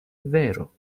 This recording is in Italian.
vero